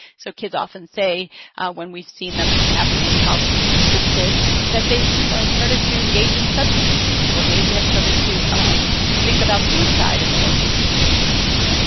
so kids often say when we've seen them after this problem has persisted that they've started to engage in substance use or maybe have started to think about suicide in the most extreme cases.